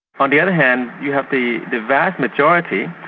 on the other hand, you have the the vast majority,